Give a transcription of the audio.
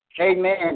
Amen